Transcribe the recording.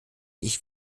ich